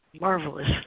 marvelous